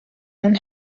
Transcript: اون